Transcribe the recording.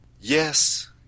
Yes